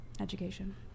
education